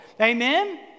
Amen